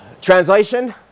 Translation